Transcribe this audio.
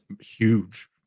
huge